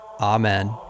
Amen